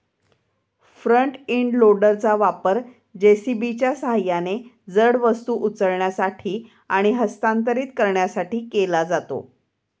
front end लोडरचा वापर जे.सी.बीच्या सहाय्याने जड वस्तू उचलण्यासाठी आणि हस्तांतरित करण्यासाठी केला जातो